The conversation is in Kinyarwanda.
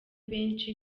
benshi